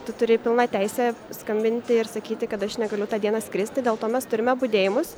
tu turi pilną teisę skambinti ir sakyti kad aš negaliu tą dieną skristi dėl to mes turime budėjimus